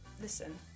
listen